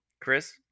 Chris